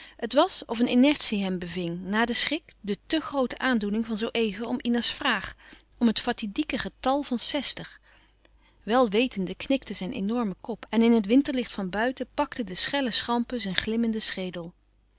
het was of een inertie hem beving na den schrik de tè groote aandoening van zoo even om ina's vraag om het fatidieke getal van zestig wèlwetende knikte zijn enorme kop en in het winterlicht van buiten pakten schelle schampen zijn glimmende schedel